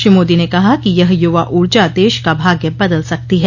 श्री मोदी ने कहा कि यह युवा ऊर्जा देश का भाग्य बदल सकती है